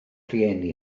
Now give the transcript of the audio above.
rhieni